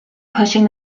pushing